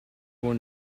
one